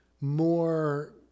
more